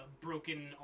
broken